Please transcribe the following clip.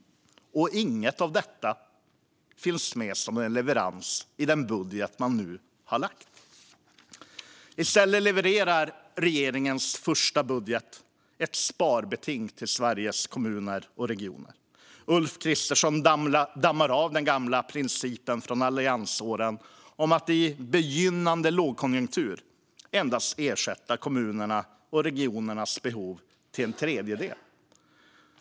Och inget av detta finns med som en leverans i den budget man nu har lagt fram. I stället levererar regeringens första budget ett sparbeting till Sveriges kommuner och regioner. Ulf Kristersson dammar av den gamla principen från alliansåren om att i begynnande lågkonjunktur endast ersätta kommunernas och regionernas behov till en tredjedel.